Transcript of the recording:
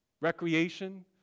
recreation